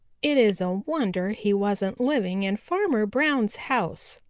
it is a wonder he wasn't living in farmer brown's house,